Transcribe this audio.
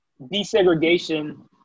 desegregation